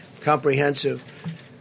comprehensive